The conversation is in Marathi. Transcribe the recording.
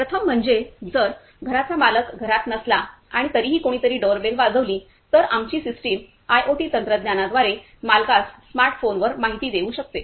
प्रथम म्हणजे जर घराचा मालक घरात नसला आणि तरीही कोणीतरी डोरबेल वाजवली तर आमची सिस्टम आयओटी तंत्रज्ञानाद्वारे मालकास स्मार्ट फोनवर माहिती देऊ शकते